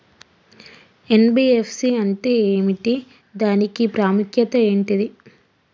NBFC అంటే ఏమిటి దాని ప్రాముఖ్యత ఏంటిది?